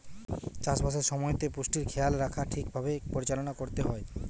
চাষ বাসের সময়তে পুষ্টির খেয়াল রাখা ঠিক ভাবে পরিচালনা করতে হয়